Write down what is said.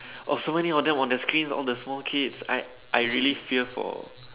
oh so many of them on the screen of the small kids I I really fear for